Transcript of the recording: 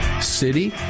city